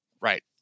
Right